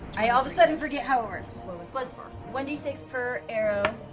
i all of a sudden forget how it works. plus one d six per arrow.